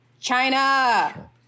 China